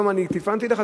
היום אני טלפנתי אליך,